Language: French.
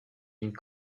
une